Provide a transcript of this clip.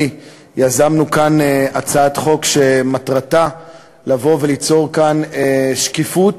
יזמנו כאן הצעת חוק שמטרתה לבוא וליצור כאן שקיפות